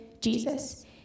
Jesus